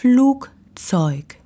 Flugzeug